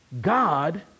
God